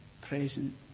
present